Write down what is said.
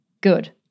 Good